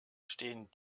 stehen